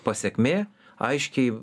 pasekmė aiškiai